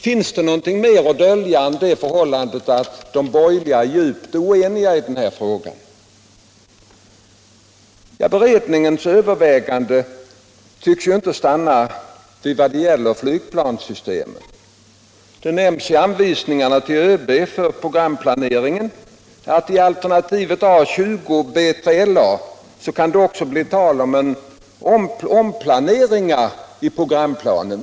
Finns det något mer att dölja än det förhållandet att de borgerliga är djupt oeniga i denna fråga? Beredningens överväganden tycks inte stanna vid flygplanssystemen. Det nämns i anvisningarna till ÖB för programplaneringen att det i alternativet A 20 — B3 LA också kan bli tal om omplaneringar i programplanen.